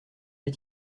est